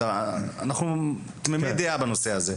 אנחנו תמימי דעה בנושא הזה.